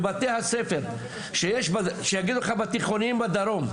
בבתי הספר שיגידו לך בתיכוניים בדרום,